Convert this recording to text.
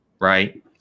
right